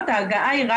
אם אפשר רק להגיב,